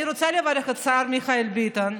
אני רוצה לברך את השר מיכאל ביטון,